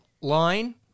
line